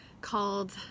called